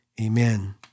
Amen